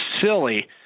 silly